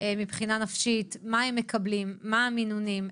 מבחינה נפשית, מה הם מקבלים, מה המינונים?